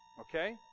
okay